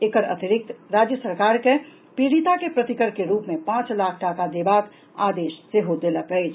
एकर अतिरिक्त राज्य सरकार के पीड़िता के प्रतिकर के रूप में पांच लाख टाका देबाक आदेश सेहो देलनि अछि